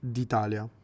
D'Italia